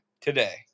today